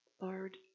Lord